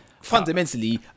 fundamentally